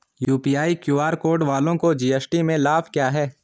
UPI QR code वालों को GST में लाभ क्या है?